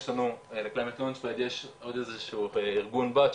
יש לנו עוד איזה שהוא ארגון בת,